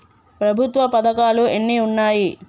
ప్రభుత్వ పథకాలు ఎన్ని ఉన్నాయి?